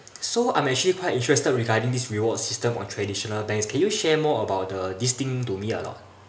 so I am actually quite interested regarding this reward system on traditional banks can you share more about the this thing to me or not